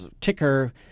ticker